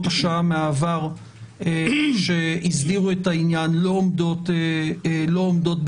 השעה מהעבר שהסדירו את העניין לא עומדות בתוקפן.